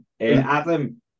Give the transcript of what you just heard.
Adam